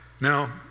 Now